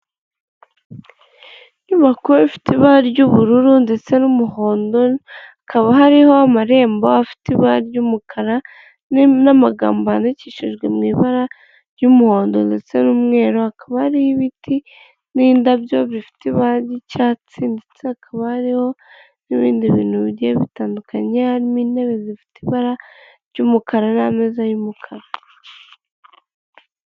Inyubako ifite ibara ry'ubururu ndetse n'umuhondo, hakaba hariho amarembo afite ibara ry'umukara, n'amagambo yandikishijwe mu ibara ry'umuhondo ndetse n'umweru, hakaba ari ibiti n'indabyo bifite ibara ry'icyatsi, ndetse hakaba hariho n'ibindi bintu bigiye bitandukanye harimo intebe zifite ibara ry'umukara n'ameza y'umukara.